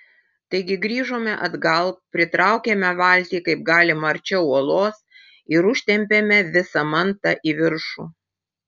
taigi grįžome atgal pritraukėme valtį kaip galima arčiau uolos ir užtempėme visą mantą į viršų